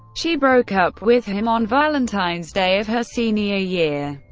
she broke up with him on valentine's day of her senior year.